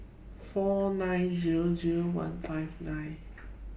four nine Zero Zero one five nine